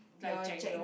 like jack neo